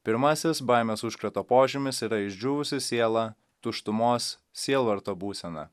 pirmasis baimės užkrato požymis yra išdžiūvusi siela tuštumos sielvarto būsena